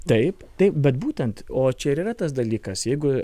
taip taip bet būtent o čia ir yra tas dalykas jeigu